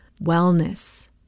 wellness